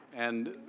and,